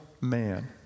man